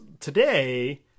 Today